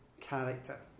character